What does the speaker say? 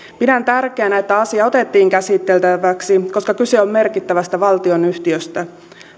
pidän tärkeänä että asia otettiin käsiteltäväksi koska kyse on merkittävästä valtionyhtiöstä